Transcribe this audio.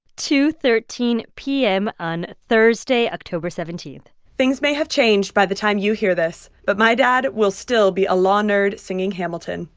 two thirteen p m. on thursday, october seventeen point things may have changed by the time you hear this, but my dad will still be a law nerd singing hamilton.